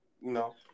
No